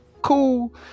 cool